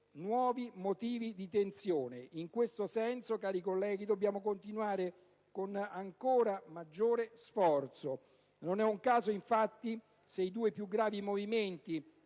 nuovi motivi di tensione. In questo senso, cari colleghi, dobbiamo continuare con ancora maggiore sforzo. Non è un caso, infatti, che i due più gravi movimenti